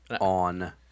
on